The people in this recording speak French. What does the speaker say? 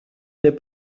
n’est